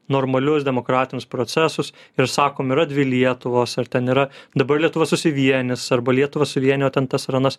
normalius demokratinius procesus ir sakom yra dvi lietuvos ar ten yra dabar lietuva susivienys arba lietuvą suvienijo ten tas ar anas